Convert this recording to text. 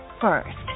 first